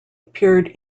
appeared